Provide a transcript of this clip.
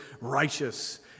righteous